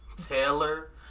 Taylor